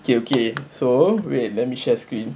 okay okay so wait let me share screen